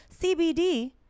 cbd